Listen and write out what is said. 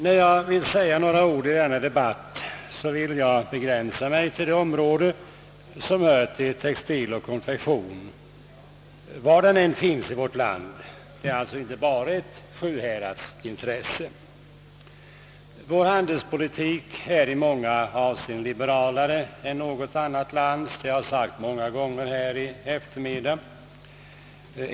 När jag vill säga några ord i dena debatt skall jag därför begränsa mig till ett område, nämligen textil och konfektion, var verksamheten än bedrivs i vårt land — det är alltså inte bara fråga om ett intresse för Sjuhäradsbygden. Det har sagts många gånger i efter middag, att vår handelspolitik i många avseenden är mera liberal än något annat lands.